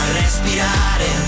respirare